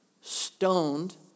stoned